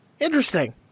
interesting